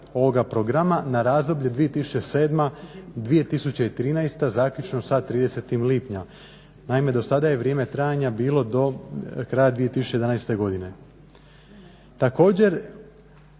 ovoga programa na razdoblje 2007.-2013. zaključno sa 30. lipnjem. Naime, dosada je vrijeme trajanja bilo do kraja 2011. godine.